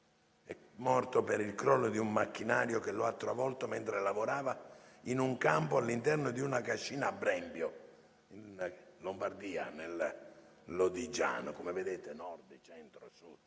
è morto per il crollo di un macchinario che lo ha travolto mentre lavorava in un campo all'interno di una cascina a Brembio, in Lombardia, nel lodigiano. Queste vicende